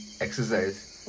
exercise